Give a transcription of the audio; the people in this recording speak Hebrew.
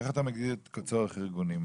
איך אתה מגדיר צורך ארגוני?